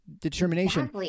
determination